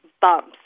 bumps